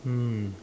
hmm